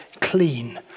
clean